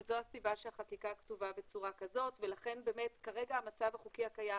וזו הסיבה שהחקיקה כתובה בצורה כזאת ולכן באמת כרגע המצב החוקי הקיים,